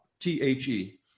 T-H-E